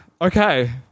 Okay